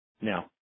Now